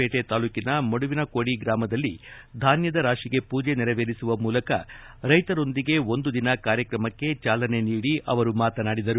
ಪೇಟೆ ತಾಲೂಕಿನ ಮಡುವಿನಕೋಡಿ ಗ್ರಾಮದಲ್ಲಿ ಧಾನ್ಯದ ರಾಶಿಗೆ ಪೂಜೆ ನೆರವೇರಿಸುವ ಮೂಲಕ ರೈತರೊಂದಿಗೆ ಒಂದು ದಿನ ಕಾರ್ಯಕ್ರಮಕ್ಕೆ ಚಾಲನೆ ನೀಡಿ ಅವರು ಮಾತನಾಡಿದರು